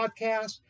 podcast